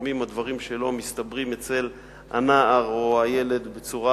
לפעמים הדברים שלו מסתברים אצל הנער או הילד בצורה